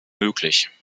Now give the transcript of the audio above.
möglich